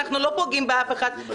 אנחנו לא פוגעים באף אחד,